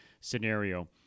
scenario